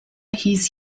hieß